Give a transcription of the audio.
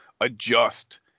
adjust